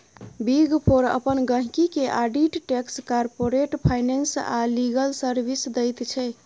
big four अपन गहिंकी केँ आडिट टैक्स, कारपोरेट फाइनेंस आ लीगल सर्विस दैत छै